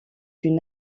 une